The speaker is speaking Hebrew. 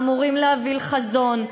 אמורים להוביל חזון,